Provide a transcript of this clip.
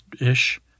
ish